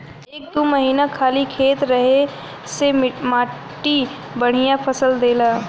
एक दू महीना खाली खेत रहे से मट्टी बढ़िया फसल देला